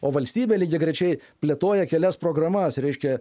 o valstybė lygiagrečiai plėtoja kelias programas reiškia